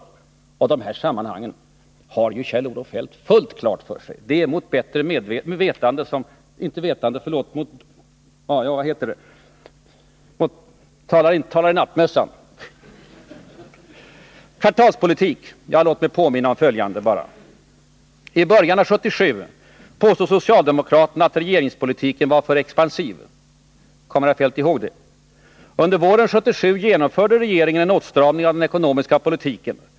Det här sammanhanget har ju Kjell-Olof Feldt fullt klart för sig. Kjell-Olof Feldt talar i nattmössan. Regeringen för kvartalspolitik, har det sagts. Låt mig påminna om följande. I början av 1977 påstod socialdemokraterna att regeringspolitiken var för expansiv. Kommer herr Feldt ihåg det? Våren 1977 genomförde regeringen en åtstramning av den ekonomiska politiken.